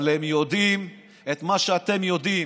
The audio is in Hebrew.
אבל הם יודעים את מה שאתם יודעים,